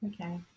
Okay